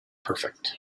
perfect